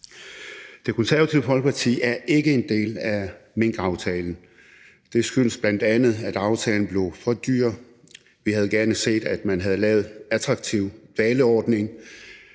Det Konservative Folkeparti er ikke en del af minkaftalen. Det skyldes bl.a., at aftalen blev for dyr. Vi havde gerne set, at man havde lavet en dvaleordning,